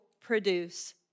produce